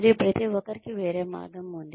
మరియు ప్రతి ఒక్కరికి వేరే మార్గం ఉంది